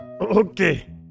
Okay